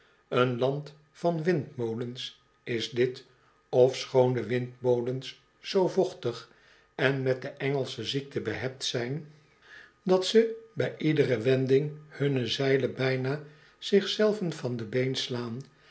een land van windmolens is dit ofschoon de windmolens zoo vochtig en met de engelsche ziekte behept zijn dat ze bij iodore wending hunne zeilen bijna zich zelven van de been slaan